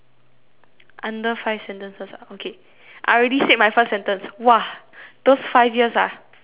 under five sentences ah okay I already said my first sentence !wah! those five years ah very tragic